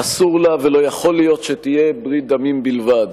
אסור לה ולא יכול להיות שתהיה ברית דמים בלבד.